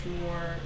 more